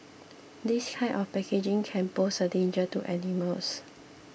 this kind of packaging can pose a danger to animals